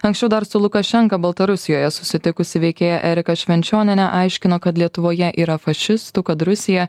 anksčiau dar su lukašenka baltarusijoje susitikusi veikėja erika švenčionienė aiškino kad lietuvoje yra fašistų kad rusija